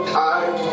time